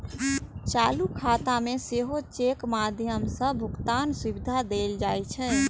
चालू खाता मे सेहो चेकक माध्यम सं भुगतानक सुविधा देल जाइ छै